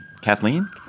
Kathleen